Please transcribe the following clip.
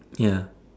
ya